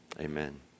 Amen